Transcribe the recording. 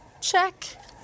check